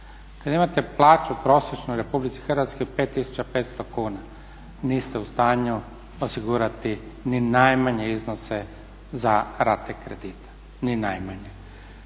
Kad imate plaću prosječnu u RH 5500 kuna niste u stanju osigurati ni najmanje iznose za rate kredita, ni najmanje.